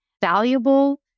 valuable